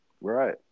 right